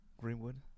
Greenwood